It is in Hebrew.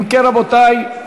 אם כן, רבותי,